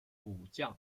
武将